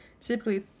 typically